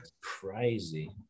crazy